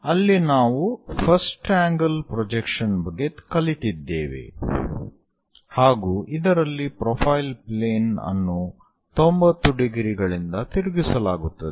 ಅಲ್ಲಿ ನಾವು first angle projection ಬಗ್ಗೆ ಕಲಿತಿದ್ದೇವೆ ಹಾಗೂ ಇದರಲ್ಲಿ ಪ್ರೊಫೈಲ್ ಪ್ಲೇನ್ ಅನ್ನು 90 ಡಿಗ್ರಿಗಳಿಂದ ತಿರುಗಿಸಲಾಗುತ್ತದೆ